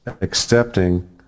accepting